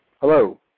Hello